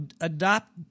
Adopt